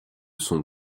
son